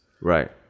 Right